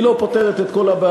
היא לא פותרת את כל הבעיה,